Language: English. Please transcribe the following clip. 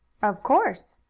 of course.